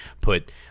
put